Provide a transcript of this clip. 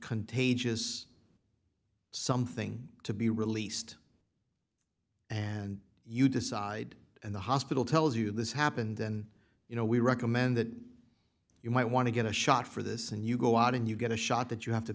contagious something to be released and you decide and the hospital tells you this happened and you know we recommend that you might want to get a shot for this and you go out and you get a shot that you have to